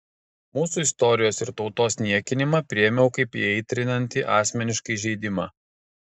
mūsų istorijos ir tautos niekinimą priėmiau kaip įaitrinantį asmenišką įžeidimą